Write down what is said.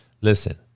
Listen